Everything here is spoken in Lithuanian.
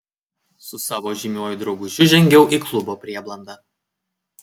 su savo žymiuoju draugužiu žengiau į klubo prieblandą